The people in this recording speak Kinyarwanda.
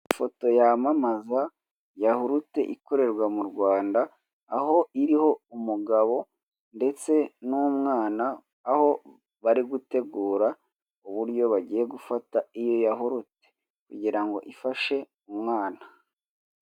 Ifoto yamamaza yahurute ikorerwa mu Rwanda, aho iriho umugabo ndetse n'umwana, aho bari gutegura uburyo bagiye gufata iyo yahurute. Kugira ngo ifashe umwana.